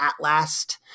ATLAST